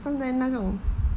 站在那种